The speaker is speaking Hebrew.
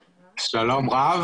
יש כאן קשיים עם המחשב.